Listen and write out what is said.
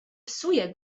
psuję